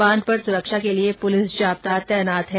बांध पर सुरक्षा के लिये पुलिस जाब्ता तैनात है